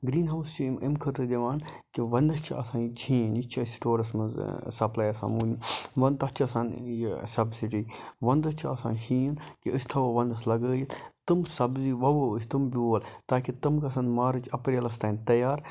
green house چھِ یِم اَمہِ خٲطرٕ دِوان کہِ وَندَس چھِ آسان ییٚتہِ شیٖن یہِ چھِ اَسہِ سٔٹورَس منٛز سَپلاے آسان مُہِم بہٕ تَتھ تَتھ چھِ آسان یہِ سَبسِڈی وَندَس چھِ آسان شیٖن کہِ أسۍ تھاوو وَندَس لَگٲوِتھ تِم سَبزی وَوَو أسۍ تِم بیول تاکہِ تِم گژھن مارٕچ اپریلَس تام تَیار